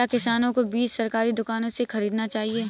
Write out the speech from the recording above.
क्या किसानों को बीज सरकारी दुकानों से खरीदना चाहिए?